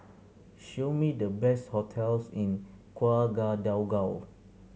show me the best hotels in Ouagadougou